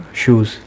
shoes